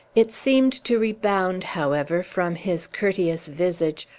it seemed to rebound, however, from his courteous visage,